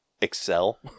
excel